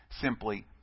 simply